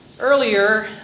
earlier